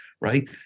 right